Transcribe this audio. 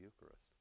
Eucharist